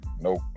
nope